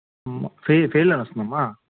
fail failed అని వస్తుందమ్మా